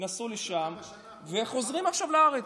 נסעו לשם וחוזרים עכשיו לארץ.